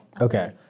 okay